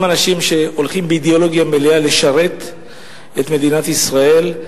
הם אנשים שהולכים באידיאולוגיה מלאה לשרת את מדינת ישראל.